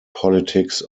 politics